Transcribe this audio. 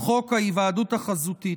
חוק ההיוועדות החזותית.